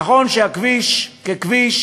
נכון שהכביש ככביש